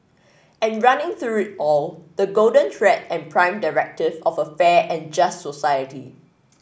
and running through it all the golden thread and prime directive of a fair and just society